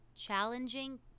challenging